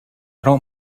don’t